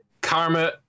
Karma